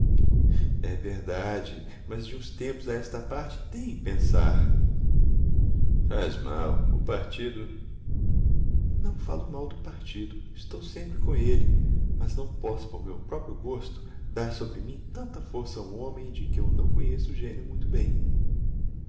é verdade mas de uns tempos a esta parte dei em pensar faz mal o partido não falo mal do partido estou sempre com ele mas não posso por meu próprio gosto dar sobre mim tanta força a um homem de que eu não conheço o gênio muito bem